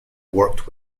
worked